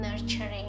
nurturing